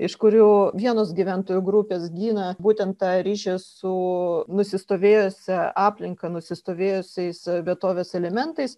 iš kurių vienos gyventojų grupės gina būtent tą ryšį su nusistovėjusia aplinka nusistovėjusiais vietovės elementais